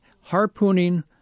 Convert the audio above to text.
harpooning